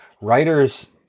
writers